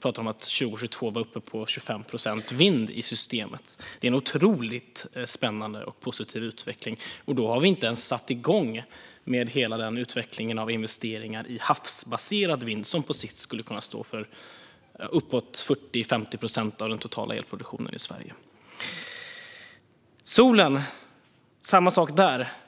talar om att år 2022 vara uppe på 25 procent vind i systemet. Det är en otroligt spännande och positiv utveckling, och då har vi inte ens satt igång med hela den utveckling av investeringar i havsbaserad vind som på sikt skulle kunna stå för uppåt 40-50 procent av den totala elproduktionen i Sverige. Det är samma sak med solen.